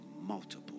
multiple